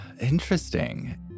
interesting